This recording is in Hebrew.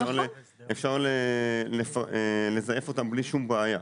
אפשר לזייף אותם בלי שום בעיה.